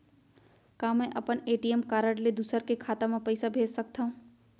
का मैं अपन ए.टी.एम कारड ले दूसर के खाता म पइसा भेज सकथव?